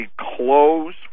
close